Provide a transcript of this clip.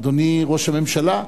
אדוני ראש הממשלה,